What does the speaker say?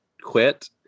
quit